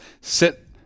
sit